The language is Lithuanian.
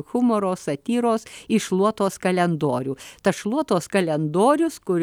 humoro satyros į šluotos kalendorių tas šluotos kalendorius kur